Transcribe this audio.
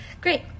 Great